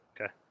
Okay